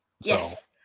Yes